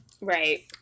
Right